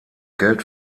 geld